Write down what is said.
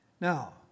Now